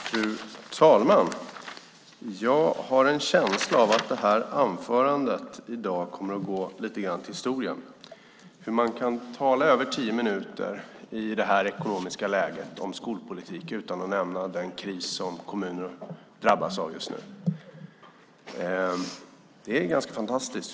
Fru talman! Jag har en känsla av att Sofia Larsens anförande i dag kommer att gå till historien. Hur man i detta ekonomiska läge kan tala i över tio minuter om skolpolitiken utan att nämna den kris som kommunerna just nu drabbas av är ganska fantastiskt.